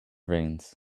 veins